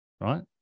right